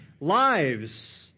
lives